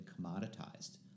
commoditized